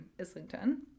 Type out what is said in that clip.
Islington